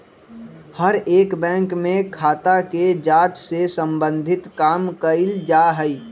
हर एक बैंक में खाता के जांच से सम्बन्धित काम कइल जा हई